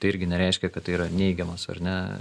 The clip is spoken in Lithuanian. tai irgi nereiškia kad tai yra neigiamas ar ne